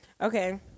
okay